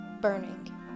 burning